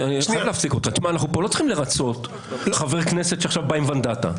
אנחנו פה לא צריכים לרצות חבר כנסת שעכשיו בא עם ונדטה.